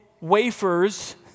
wafers